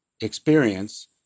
experience